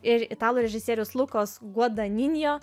ir italų režisieriaus lukos guodaninio